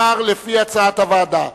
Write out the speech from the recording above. לכן נצביע על סעיף 2 כנוסח הוועדה.